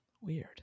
Weird